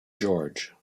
george